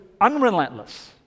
unrelentless